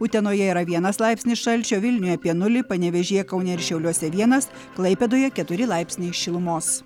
utenoje yra vienas laipsnis šalčio vilniuje apie nulį panevėžyje kaune ir šiauliuose vienas klaipėdoje keturi laipsniai šilumos